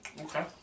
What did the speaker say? Okay